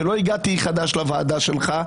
ולא הגעתי חדש לוועדה שלך,